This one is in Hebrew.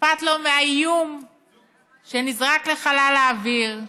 אכפת לו מהאיום שנזרק לחלל האוויר: